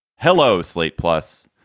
hello, slate, plus,